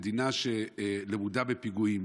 מדינה למודת פיגועים,